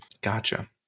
Gotcha